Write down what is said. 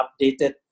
updated